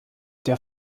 der